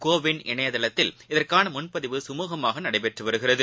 CoWIN இணையதளத்தில் இதற்கானமுன்பதிவு சுமூகமாகநடைபெற்றுவருகிறது